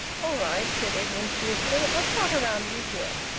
all right, said edwin cheerfully. i'll trot round with you.